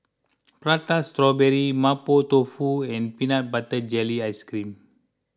Prata Strawberry Mapo Tofu and Peanut Butter Jelly Ice Cream